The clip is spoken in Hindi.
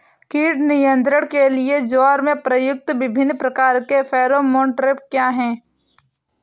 कीट नियंत्रण के लिए ज्वार में प्रयुक्त विभिन्न प्रकार के फेरोमोन ट्रैप क्या है?